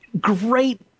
great